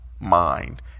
mind